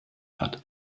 hat